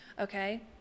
okay